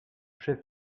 chef